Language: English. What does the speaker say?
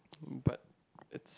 but it's